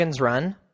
Run